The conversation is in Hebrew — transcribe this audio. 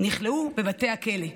נכלאו בבתי הכלא.